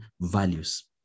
values